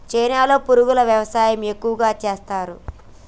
చైనాలో పురుగుల వ్యవసాయం ఎక్కువగా చేస్తరు